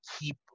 keep